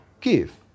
give